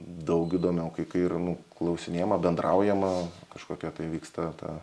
daug įdomiau kai kai yra nu klausinėjama bendraujama kažkokia tai vyksta ta